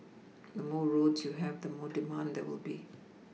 the more roads you have the more demand there will be